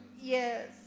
Yes